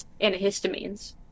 antihistamines